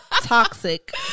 Toxic